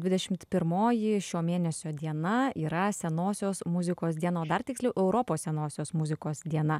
dvidešimt pirmoji šio mėnesio diena yra senosios muzikos diena o dar tiksliau europos senosios muzikos diena